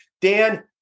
Dan